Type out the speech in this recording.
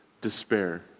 despair